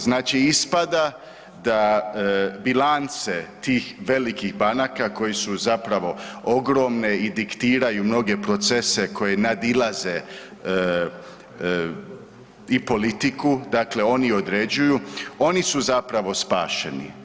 Znači ispada da bilance tih velikih banaka koje su zapravo ogromne i diktiraju mnoge procese koje nadilaze i politiku, dakle oni određuju, oni su zapravo spašeni.